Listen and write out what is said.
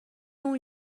اون